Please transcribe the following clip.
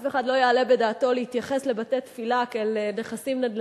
אף אחד לא יעלה בדעתו להתייחס לבתי-תפילה כאל נדל"ן.